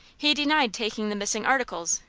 he denied taking the missing articles,